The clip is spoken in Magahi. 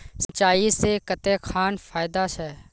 सिंचाई से कते खान फायदा छै?